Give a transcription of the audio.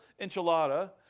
enchilada